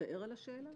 מצטער על השאלה?